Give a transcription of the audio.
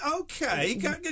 okay